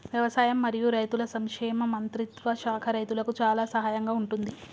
వ్యవసాయం మరియు రైతుల సంక్షేమ మంత్రిత్వ శాఖ రైతులకు చాలా సహాయం గా ఉంటుంది